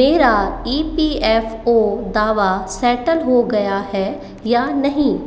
मेरा E P F O दावा settle हो गया है या नहीं